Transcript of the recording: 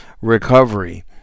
recovery